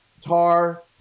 tar